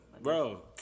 Bro